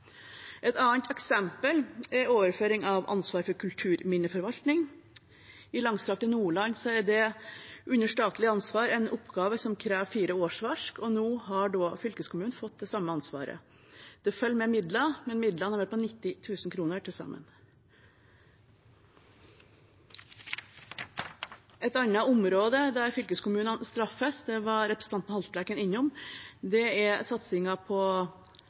Et annet eksempel er overføring av ansvar for kulturminneforvaltning. I langstrakte Nordland er det under statlig ansvar en oppgave som krever fire årsverk. Nå har fylkeskommunen fått det samme ansvaret. Det følger med midler, men midlene er bare på til sammen 90 000 kr. Som representanten Haltbrekken var innom, er et annet område der fylkeskommunene straffes, satsingen på klimavennlige ferjer og hurtigbåter. Mange fylkeskommuner er